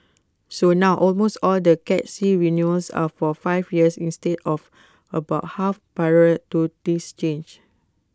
so now almost all the cat C renewals are for five years instead of about half prior to this change